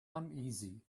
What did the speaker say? uneasy